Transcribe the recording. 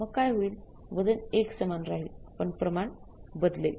मग काय होईल वजन एकसमान राहील पण प्रमाण बदलेल